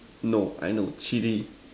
no I know chilli